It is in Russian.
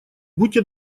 будьте